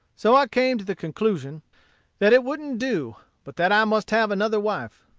so i came to the conclusion that it wouldn't do, but that i must have another wife.